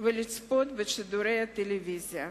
לצפות בשידורי הטלוויזיה.